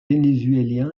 vénézuélien